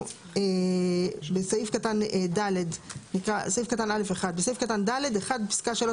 (א1) בסעיף קטן (ד) - (1) בפסקה (3),